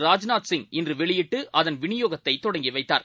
ராஜ்நாத்சிங்இன்றுவெளியிட்டுஅதன்விநியோகத்தைத்தொடங்கிவைத்தார்